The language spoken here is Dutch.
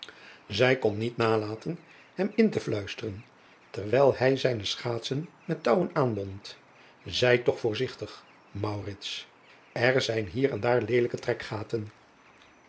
ij kon niet nalaten hem in te sluisteren terwijl hij zijne schaatsen met touwen aanbond ijt toch voorzigtig er zijn hier en daar leelijke trekgatan